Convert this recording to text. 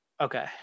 Okay